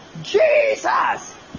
Jesus